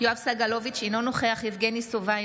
יואב סגלוביץ' אינו נוכח יבגני סובה,